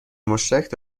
مشترک